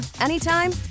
anytime